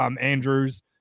Andrews